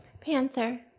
Panther